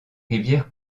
rivière